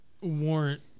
warrant